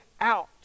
out